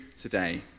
today